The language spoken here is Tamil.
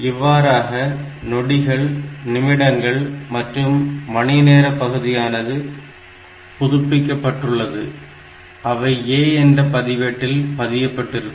இவ்வாறாக நொடிகள் நிமிடங்கள் மற்றும் மணிநேர பகுதியானது புதுப்பிக்கப்பட்டுள்ளது அவை A என்ற பதிவேட்டில் பதியப்பட்டிருக்கும்